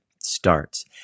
starts